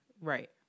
Right